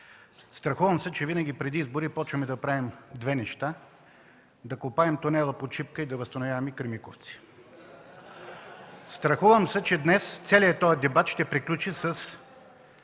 Страхувам се, че винаги преди избори започваме да правим две неща – да копаем тунела под „Шипка” и да възстановяваме „Кремиковци”. (Смях, оживление.) Страхувам се, че днес целият този дебат ще приключи с